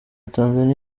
tanzania